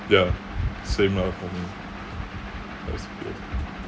ya same lah for me